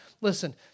listen